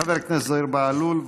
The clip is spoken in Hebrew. חבר הכנסת זוהיר בהלול.